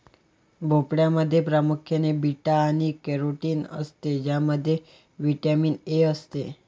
भोपळ्यामध्ये प्रामुख्याने बीटा आणि कॅरोटीन असते ज्यामध्ये व्हिटॅमिन ए असते